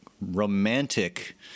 romantic